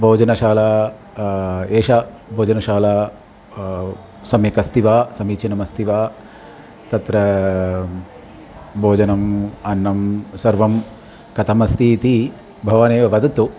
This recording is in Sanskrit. भोजनशाला एषा भोजनशाला सम्यक् अस्ति वा समीचीनम् अस्ति वा तत्र भोजनम् अन्नं सर्वं कथमस्ति इति भवानेव वदतु